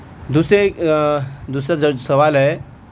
دوسرے دوسرا جو سوال ہے